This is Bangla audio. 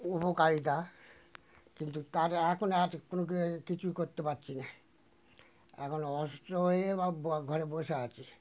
উপকারিতা কিন্তু তার এখন আর কোনো কিছুই করতে পারছি না এখন অসুস্থ হয়ে বা ঘরে বসে আছি